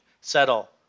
Settle